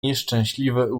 nieszczęśliwy